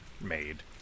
made